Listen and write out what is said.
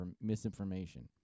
misinformation